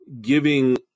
giving